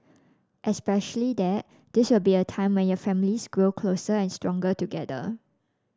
especially that this will be a time when your families grow closer and stronger together